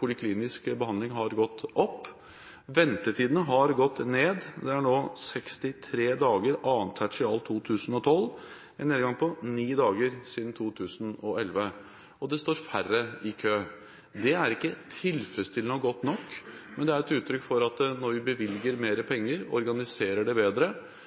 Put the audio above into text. poliklinisk behandling har gått opp. Ventetiden har gått ned – det er nå 63 dager ved 2. tertial 2012, en nedgang på 9 dager siden 2011 – og det står færre i kø. Dette er ikke tilfredsstillende og godt nok, men det er et uttrykk for at når vi bevilger mer penger, organiserer det bedre,